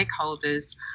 stakeholders